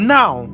now